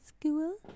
School